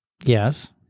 Yes